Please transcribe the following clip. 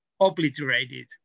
obliterated